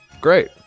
Great